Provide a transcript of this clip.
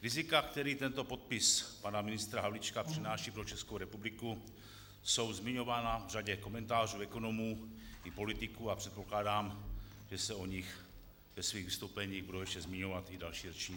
Rizika, která tento podpis pana ministra Havlíčka přináší pro Českou republiku, jsou zmiňována v řadě komentářů ekonomů i politiků a předpokládám, že se o nich ve svých vystoupeních budou ještě zmiňovat i další řečníci.